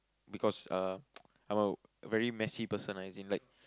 because uh I'm a very messy person lah as in like